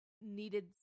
needed